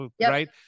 right